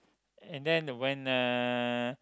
and then when uh